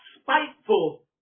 spiteful